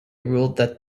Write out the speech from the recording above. ruled